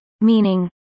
meaning